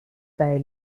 bij